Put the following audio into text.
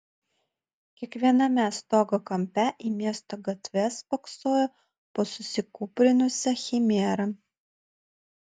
kiekviename stogo kampe į miesto gatves spoksojo po susikūprinusią chimerą